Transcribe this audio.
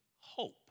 hope